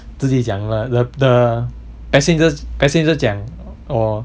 自己讲 lah the the passengers passenger 讲 lor